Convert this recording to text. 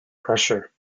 pressure